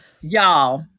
Y'all